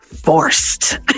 forced